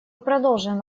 продолжим